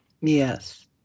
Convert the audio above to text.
Yes